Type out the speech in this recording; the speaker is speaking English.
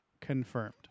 confirmed